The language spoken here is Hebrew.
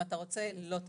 ואם אתה לא רוצה,